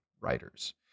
writers